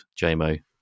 jmo